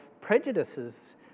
prejudices